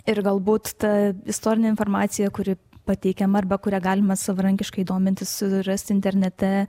ir galbūt ta istorinė informacija kuri pateikiama arba kurią galima savarankiškai domintis surasti internete